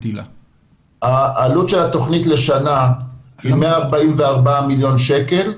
העלות של התוכנית לשנה היא 144 מיליון שקל.